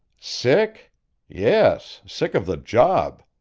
sick yes, sick of the job!